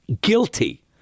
guilty